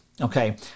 okay